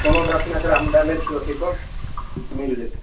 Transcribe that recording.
कोनो बात नहि एकरा हम डालैत छियै अथी पर मिल जेतै